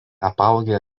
apaugę